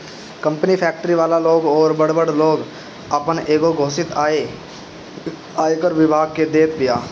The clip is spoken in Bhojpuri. कंपनी, फेक्ट्री वाला लोग अउरी बड़ बड़ लोग आपन एगो घोषित आय आयकर विभाग के देत बिया